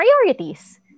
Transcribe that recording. Priorities